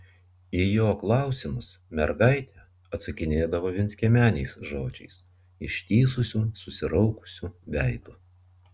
į jo klausimus mergaitė atsakinėdavo vienskiemeniais žodžiais ištįsusiu susiraukusiu veidu